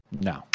No